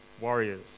warriors